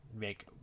make